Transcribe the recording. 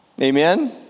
amen